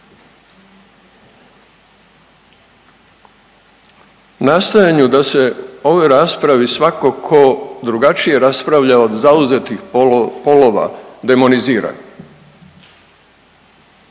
nastojanju da se ovoj raspravi svako ko drugačije raspravlja od zauzetih polova demonizira,